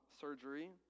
surgery